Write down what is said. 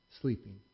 sleeping